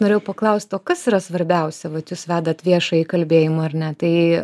norėjau paklaust o kas yra svarbiausia vat jūs vedat viešąjį kalbėjimą ar ne tai